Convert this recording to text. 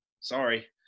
sorry